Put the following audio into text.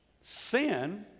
Sin